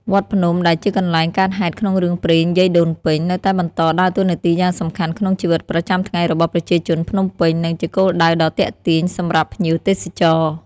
វត្តភ្នំ ដែលជាកន្លែងកើតហេតុក្នុងរឿងព្រេងយាយដូនពេញ នៅតែបន្តដើរតួនាទីយ៉ាងសំខាន់ក្នុងជីវិតប្រចាំថ្ងៃរបស់ប្រជាជនភ្នំពេញ និងជាគោលដៅដ៏ទាក់ទាញសម្រាប់ភ្ញៀវទេសចរ។